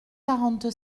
quarante